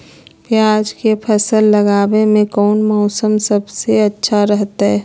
प्याज के फसल लगावे में कौन मौसम सबसे अच्छा रहतय?